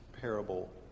parable